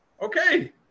Okay